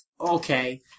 okay